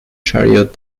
chariot